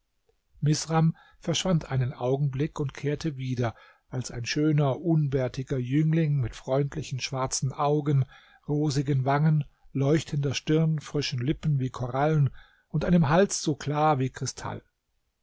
misram verschwand einen augenblick und kehrte wieder als ein schöner unbärtiger jüngling mit freundlichen schwarzen augen rosigen wangen leuchtender stirn frischen lippen wie korallen und einem hals so klar wie kristall